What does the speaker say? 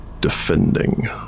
defending